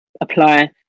apply